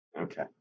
Okay